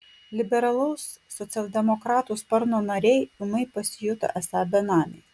liberalaus socialdemokratų sparno nariai ūmai pasijuto esą benamiai